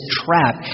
trap